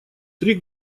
три